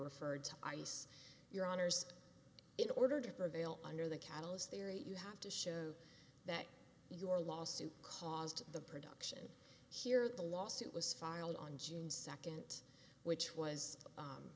referred to ice your honour's in order to prevail under the catalyst theory you have to show that your lawsuit caused the production here the lawsuit was filed on june second which was